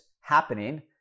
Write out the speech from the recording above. happening